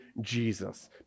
Jesus